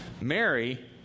Mary